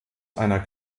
einer